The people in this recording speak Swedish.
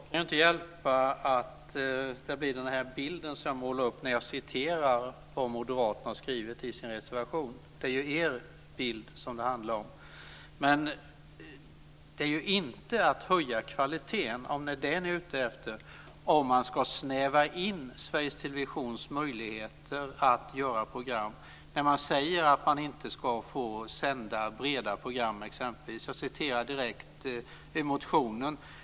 Herr talman! Jag kan inte hjälpa att jag målar upp den här bilden när jag citerar vad Moderaterna har skrivit i sin reservation. Det är er bild det handlar om. Att snäva in Sveriges Televisions möjligheter att göra program och säga att man inte ska få sända breda program är ju inte att höja kvaliteten, om det är det ni är ute efter. Jag citerar direkt ur motionen.